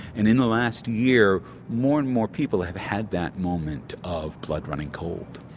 and in the last year more and more people have had that moment of blood running cold.